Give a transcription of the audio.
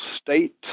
state